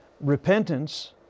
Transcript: repentance